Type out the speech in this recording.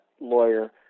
lawyer